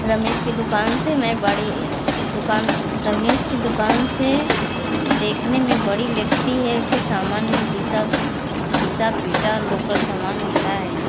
रमेश की दुकान से मैं बड़ी दुकान रमेश की दुकान से देखने में बड़ी लगती है उसका सामान में घीसा घीसा पीटा लोकल समान होता है यहाँ